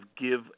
give